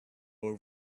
were